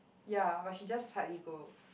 ya but she just hardly go